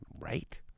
Right